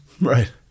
Right